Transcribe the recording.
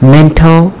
mental